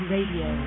Radio